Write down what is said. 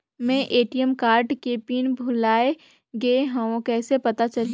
मैं ATM card के PIN भुलाए गे हववं कइसे पता चलही?